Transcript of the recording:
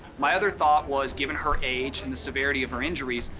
my other thought was, given her age and the severity of her injuries,